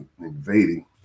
invading